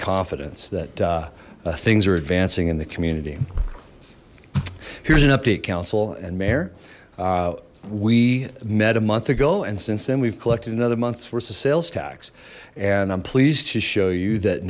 confidence that things are advancing in the community here's an update council and mayor we met a month ago and since then we've collected another months worth of sales tax and i'm pleased to show you that